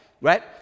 right